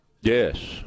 Yes